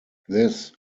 this